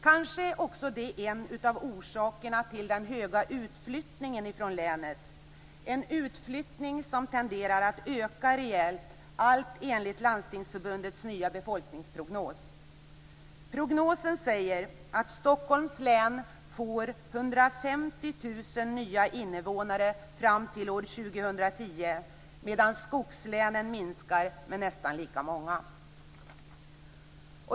Kanske är det också en av orsakerna till den stora utflyttningen från länet. Denna utflyttning tenderar att öka rejält enligt Landstingsförbundets nya befolkningsprognos. Prognosen säger att Stockholms län får 150 000 nya invånare fram till år 2010 medan skogslänens befolkning minskar med nästan lika många.